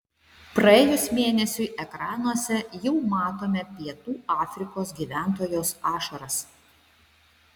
praėjus mėnesiui ekranuose jau matome pietų afrikos gyventojos ašaras